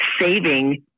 saving